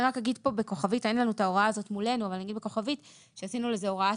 אני רק אגיד פה בכוכבית אין לנו את ההוראה הזו מולנו שעשינו לזה הוראת